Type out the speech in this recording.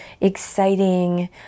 exciting